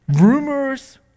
rumors